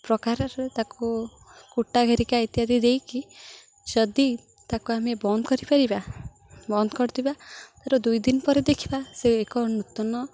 ପ୍ରକାରରେ ତାକୁ କୁଟା ଧରିକା ଇତ୍ୟାଦି ଦେଇକି ଯଦି ତାକୁ ଆମେ ବନ୍ଦ କରିପାରିବା ବନ୍ଦ କରିଦେବା ତାର ଦୁଇ ଦିନ ପରେ ଦେଖିବା ସେ ଏକ ନୂତନ